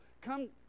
come